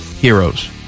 heroes